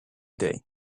day